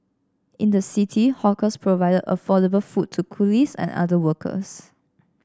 in the city hawkers provided affordable food to coolies and other workers